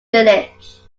village